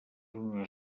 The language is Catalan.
una